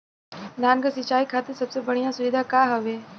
धान क सिंचाई खातिर सबसे बढ़ियां सुविधा का हवे?